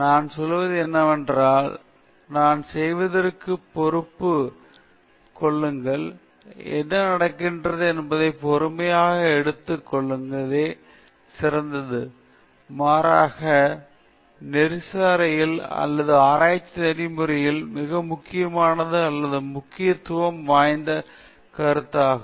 நான் சொல்வது என்னவென்றால் என்ன செய்வதென்று பொறுத்துக் கொள்ளுங்கள் என்ன நடக்கிறது என்பதற்கான பொறுப்பை எடுத்துக்கொள்வதே சிறந்தது மாறாக நெறிசாலையில் அல்லது ஆராய்ச்சி நெறிமுறைகளில் மிக முக்கியமானது அல்லது முக்கியத்துவம் வாய்ந்த கருத்தாகும்